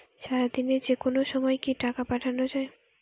সারাদিনে যেকোনো সময় কি টাকা পাঠানো য়ায়?